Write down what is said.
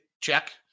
check